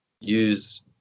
use